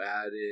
added